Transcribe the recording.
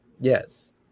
Yes